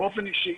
באופן אישי,